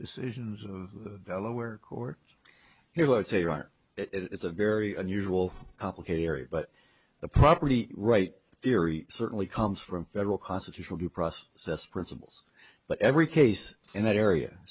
decisions of the delaware court here's what i say it's a very unusual complicated area but the property right theory certainly comes from federal constitutional due process principles but every case in that area